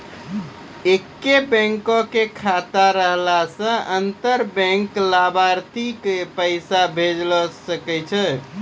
एक्के बैंको के खाता रहला से अंतर बैंक लाभार्थी के पैसा भेजै सकै छै